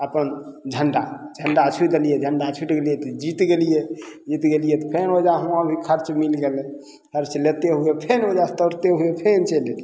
अपन झण्डा झण्डा छुइ देलियै झण्डा छुटि देलियै तऽ जीत गेलियै जीत गेलियै तऽ फेन ओइजाँ हमरा खर्च मिल गेलय खर्च लेते हुये फेन ओइजाँसँ दौड़ते हुये फेन चलि अयलियै